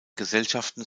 gesellschaften